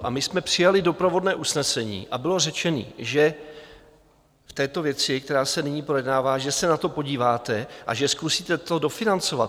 A my jsme přijali doprovodné usnesení a bylo řečeno, že v této věci, která se nyní projednává, že se na to podíváte a že zkusíte to dofinancovat.